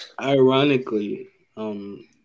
Ironically